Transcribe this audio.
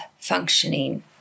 functioning